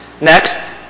Next